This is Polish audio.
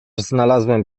znalazłem